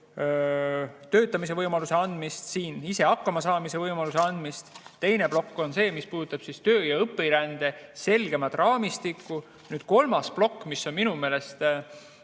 töötamise võimaluse andmist, siin ise hakkama saamise võimaluse andmist. Teine plokk on see, mis puudutab töö‑ ja õpirände selgemat raamistikku. Kolmas plokk, mis minu meelest